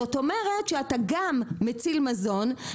זאת אומרת שאתה גם מציל מזון,